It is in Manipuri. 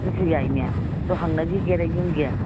ꯑꯗꯨꯁꯨ ꯌꯥꯏꯅꯦ ꯑꯗꯨ ꯍꯪꯅꯒꯤꯒꯦꯔ ꯌꯨꯝꯒꯤ